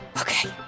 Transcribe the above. Okay